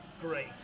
great